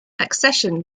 accession